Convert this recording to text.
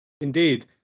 Indeed